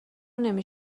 نمی